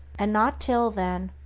and not till then,